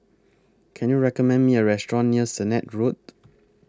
Can YOU recommend Me A Restaurant near Sennett Road